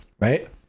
Right